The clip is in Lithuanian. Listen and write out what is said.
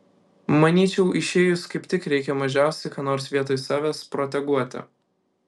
manyčiau išėjus kaip tik reikia mažiausiai ką nors vietoj savęs proteguoti